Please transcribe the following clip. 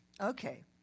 Okay